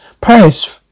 Paris